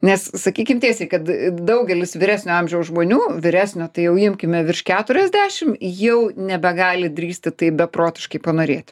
nes sakykim tiesiai kad daugelis vyresnio amžiaus žmonių vyresnio tai jau imkime virš keturiasdešim jau nebegali drįsti taip beprotiškai panorėt